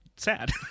Sad